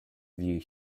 view